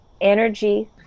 energy